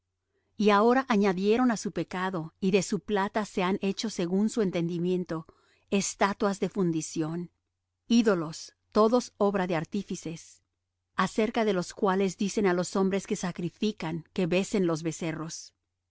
y ahora añadieron á su pecado y de su plata se han hecho según su entendimiento estatuas de fundición ídolos toda obra de artífices acerca de los cuales dicen á los hombres que sacrifican que besen los becerros